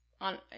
on